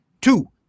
Two